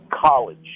College